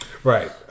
Right